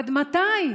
עד מתי?